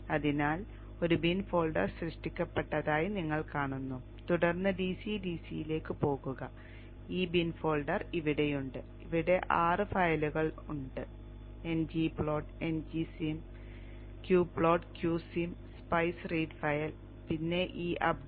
അതിനാൽ ഒരു bin folder സൃഷ്ടിക്കപ്പെട്ടതായി നിങ്ങൾ കാണുന്നു തുടർന്ന് ഡിസി ഡിസിയിലേക്ക് പോകുക ഈ ബിൻ ഫോൾഡർ ഇവിടെയുണ്ട് ഇവിടെ ആറ് ഫയലുകൾ ഉണ്ട് ng plot ngsim qplot qsim spice read file പിന്നെ ഈ updatenet